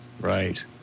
Right